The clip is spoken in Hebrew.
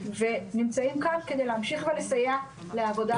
ונמצאים כאן כדי להמשיך ולסייע לעבודה משמעותית.